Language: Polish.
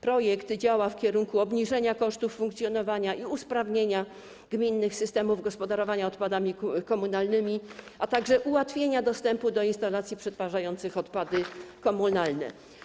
Projekt działa w kierunku obniżenia kosztów funkcjonowania i usprawnienia gminnych systemów gospodarowania odpadami komunalnymi, a także ułatwienia dostępu do instalacji przetwarzających odpady komunalne.